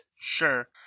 Sure